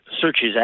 searches